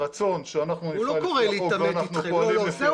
הרצון שאנחנו נפעל לפי החוק ואנחנו פועלים לפי החוק.